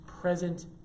present